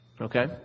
Okay